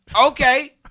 Okay